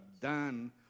done